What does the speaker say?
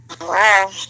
Wow